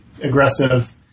aggressive